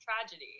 tragedy